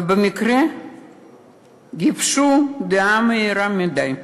ובמקרה גיבשו דעה מהירה מדי,